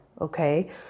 okay